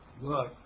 Look